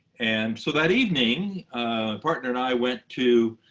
and so that evening, my partner and i went to